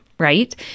Right